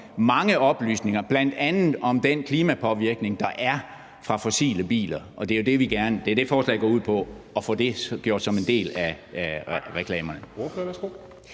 mange oplysninger, bl.a. om den klimapåvirkning, der er fra fossile biler, og det er jo det, forslaget går ud på, altså at få det til at blive en del af reklamerne.